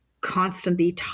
constantly